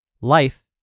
Life